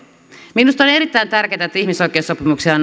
minusta on erittäin tärkeätä että ihmisoikeussopimuksia